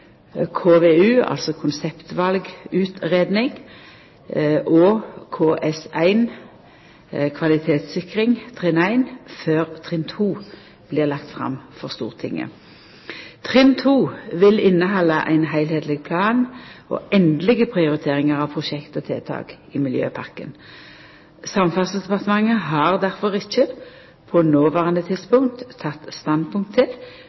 KVU, altså ei konseptvalutgreiing, og KS1, kvalitetssikring trinn 1, før trinn 2 blir lagt fram for Stortinget. Trinn 2 vil innehalda ein heilskapleg plan og endelege prioriteringar av prosjekt og tiltak i miljøpakken. Samferdselsdepartementet har difor ikkje på noverande tidspunkt teke standpunkt til